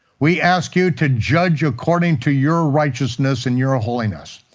we ask you to judge according to your righteousness and your ah holiness,